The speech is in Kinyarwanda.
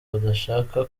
badashaka